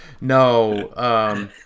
No